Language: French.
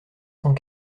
cent